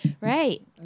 Right